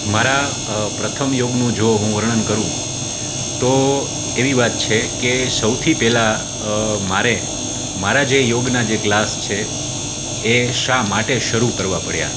મારાં પ્રથમ યોગનું જો હું વર્ણન કરું તો એવી વાત છે કે સૌથી પહેલાં મારે મારાં જે યોગનાં જે ક્લાસ છે એ શા માટે શરૂ કરવા પડ્યા